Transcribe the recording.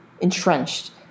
entrenched